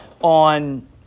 on